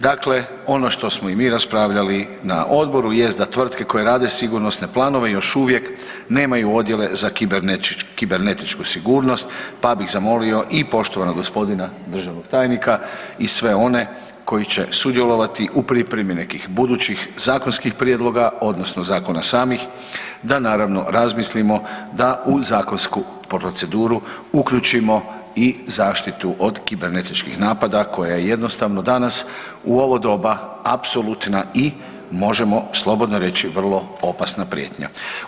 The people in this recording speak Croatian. Dakle, ono što smo i mi raspravljali na odboru jest da tvrtke koje rade sigurnosne planove još uvijek nemaju Odjele za kibernetičku sigurnost, pa bih zamolio i poštovanog gospodina državnog tajnika i sve one koji će sudjelovati u pripremi nekih budućih zakonskih prijedloga, odnosno zakona samih da naravno razmislimo da u zakonsku proceduru uključimo i zaštitu od kibernetičkih napada koja je jednostavno danas u ovo doba apsolutna i možemo slobodno reći vrlo opasna prijetnja.